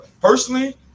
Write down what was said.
personally